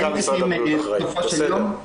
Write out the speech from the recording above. הם --- בסופו של יום.